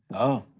oh.